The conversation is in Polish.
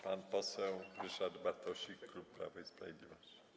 Pan poseł Ryszard Bartosik, klub Prawo i Sprawiedliwość.